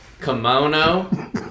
kimono